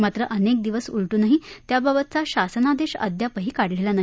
मात्र अनक्विदिवस उलटूनही त्याबाबतचा शासनाद्याअद्यापही काढलघी नाही